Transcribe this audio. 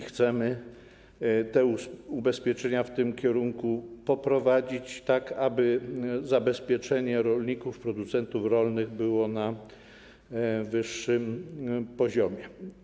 Chcemy te ubezpieczenia w tym kierunku poprowadzić, tak aby zabezpieczenie rolników, producentów rolnych było na wyższym poziomie.